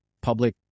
public